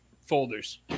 folders